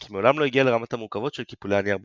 אם כי מעולם לא הגיעה לרמת המורכבות של קיפולי הנייר במזרח.